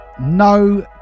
No